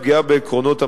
פגיעה בעקרונות המדינה,